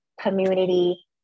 community